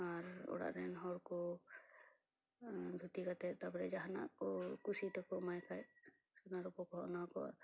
ᱟᱨ ᱚᱲᱟᱨᱮᱱ ᱦᱚᱲᱠᱚ ᱫᱷᱩᱛᱤ ᱠᱟᱛᱮ ᱛᱟᱨᱯᱚᱨ ᱡᱟᱦᱟᱱᱟᱜ ᱠᱚ ᱠᱩᱥᱤᱛᱮᱠᱚ ᱮᱢᱟᱭ ᱠᱷᱟᱡ ᱥᱚᱱᱟ ᱨᱩᱯᱟᱹᱠᱚ ᱮᱢᱟᱱ ᱠᱚ